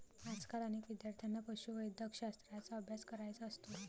आजकाल अनेक विद्यार्थ्यांना पशुवैद्यकशास्त्राचा अभ्यास करायचा असतो